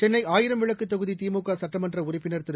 சென்னை ஆயிரம்விளக்கு தொகுதி திமுக சுட்டமன்ற உறுப்பினர் திரு